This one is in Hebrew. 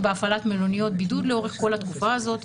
בהפעלת מלוניות בידוד לאורך כל התקופה הזאת.